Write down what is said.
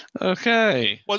Okay